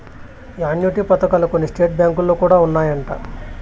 annuity పథకాలు కొన్ని state బ్యాంకులో కూడా ఉన్నాయంట